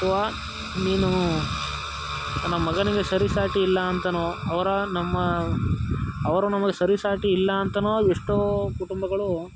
ಅಥ್ವಾ ನೀನು ನಮ್ಮ ಮಗನಿಗೆ ಸರಿಸಾಟಿ ಇಲ್ಲ ಅಂತಲೋ ಅವರ ನಮ್ಮ ಅವರು ನಮಗೆ ಸರಿಸಾಟಿ ಇಲ್ಲ ಅಂತಲೋ ಎಷ್ಟೋ ಕುಟುಂಬಗಳು